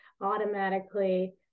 automatically